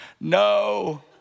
No